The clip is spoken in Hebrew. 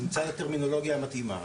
שנמצא את הטרמינולוגיה המתאימה.